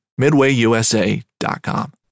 midwayusa.com